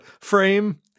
frame